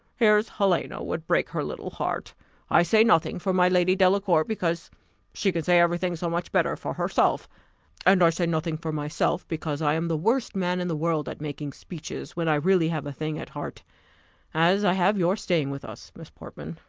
here's helena would break her little heart i say nothing for my lady delacour, because she can say every thing so much better for herself and i say nothing for myself, because i am the worst man in the world at making speeches, when i really have a thing at heart as i have your staying with us, miss portman.